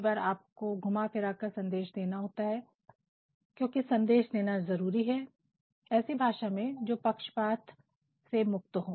कई बार आपको घुमा फिरा कर संदेश देना पड़ता है क्योंकि संदेश देना जरूरी है ऐसी भाषा में जोकि पक्षपात से मुक्त हो